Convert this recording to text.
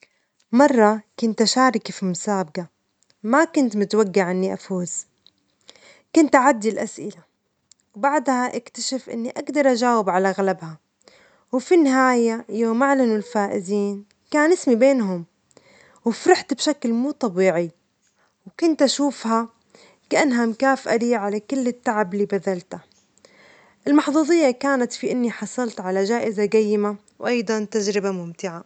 مرة كنت أشارك في مسابجة، ما كنت متوجعة إني أفوز، كنت أعدي الأسئلة، بعدها اكتشفت إني أجدر أجاوب على أغلبها، وفي النهاية يوم أعلنوا الفائزين كان اسمي بينهم، وفرحت بشكل مو طبيعي وكنت أشوفها كأنها مكافأة لي على كل التعب اللي بذلته، المحظوظية كانت في إني حصلت على جائزة جيمة وأيضًا تجربة ممتعة.